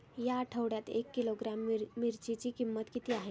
या आठवड्यात एक किलोग्रॅम मिरचीची किंमत किती आहे?